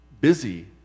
Busy